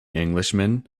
englishman